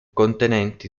contenenti